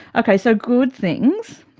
okay, so good things,